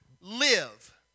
Live